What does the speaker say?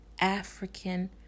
African